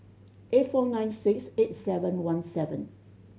eight four nine six eight seven one seven